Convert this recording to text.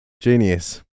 Genius